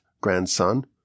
grandson